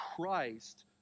christ